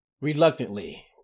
reluctantly